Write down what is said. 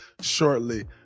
shortly